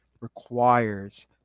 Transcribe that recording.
requires